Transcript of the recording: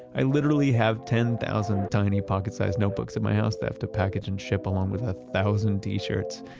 i literally have ten thousand tiny pocket size notebooks in my house left to package and ship along with a thousand t-shirts.